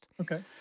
Okay